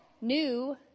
new